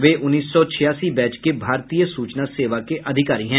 वे उन्नीस सौ छियासी बैच के भारतीय सूचना सेवा के अधिकारी हैं